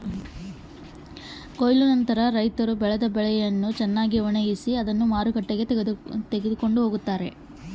ಕೊಯ್ಲು ನಂತರ ರೈತರು ಬೆಳೆದ ಬೆಳೆಯನ್ನು ಯಾವ ರೇತಿ ಆದ ಮಾಡ್ತಾರೆ?